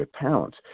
pounds